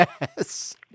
Yes